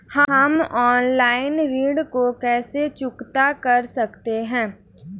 हम ऑनलाइन ऋण को कैसे चुकता कर सकते हैं?